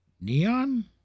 neon